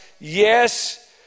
yes